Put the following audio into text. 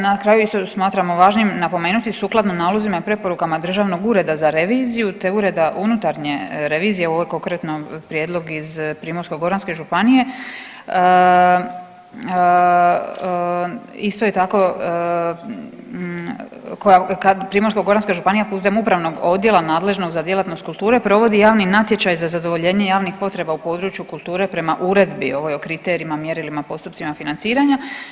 Na kraju isto smatramo važnim napomenuti sukladno nalozima i preporukama Državnog ureda za reviziju, te Ureda unutarnje revizije, ovo je konkretno prijedlog iz Primorsko-goranske županije, isto je tako, Primorsko-goranska županija putem Upravnog odjela nadležnog za djelatnost kulture provodi javni natječaj za zadovoljenje javnih potreba u području kulture prema Uredbi ovoj o kriterijima, mjerilima i postupcima financiranja.